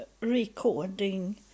recording